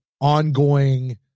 ongoing